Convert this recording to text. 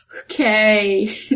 okay